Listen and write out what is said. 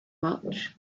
much